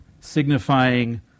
signifying